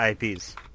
IPs